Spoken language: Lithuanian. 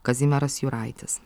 kazimieras juraitis